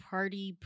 Party